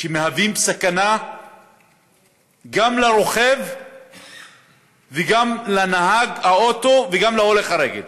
שמהווים סכנה גם לרוכב וגם לנהג האוטו וגם להולך הרגל.